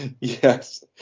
yes